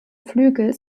flügel